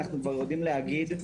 אנחנו כבר יודעים להגיד,